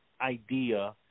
idea